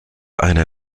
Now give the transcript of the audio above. einer